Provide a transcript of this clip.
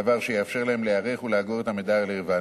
דבר שיאפשר להם להיערך ולאגור את המידע הרלוונטי.